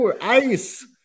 Ice